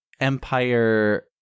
Empire